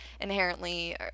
inherently